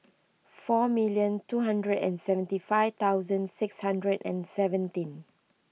four million two hundred and seventy five thousand six hundred and seventeen